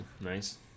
nice